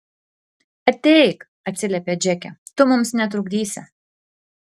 ateik atsiliepia džeke tu mums netrukdysi